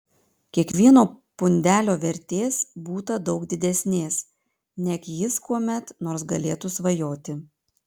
kiekvieno pundelio vertės būta daug didesnės neg jis kuomet nors galėtų svajoti